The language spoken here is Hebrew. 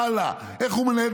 איך הוא ממשיך הלאה,